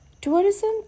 Tourism